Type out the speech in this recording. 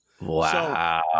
wow